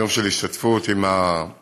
יום של השתתפות עם המשפחות,